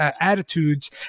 attitudes